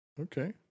okay